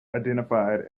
identified